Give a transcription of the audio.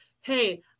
hey